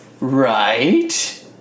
Right